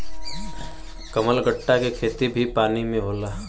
कमलगट्टा के खेती भी पानी में होला